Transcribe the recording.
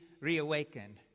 reawakened